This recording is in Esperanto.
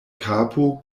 kapo